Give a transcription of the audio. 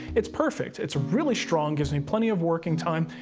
it's perfect. it's really strong, gives me plenty of working time,